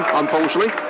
unfortunately